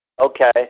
Okay